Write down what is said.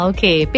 Okay